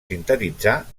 sintetitzar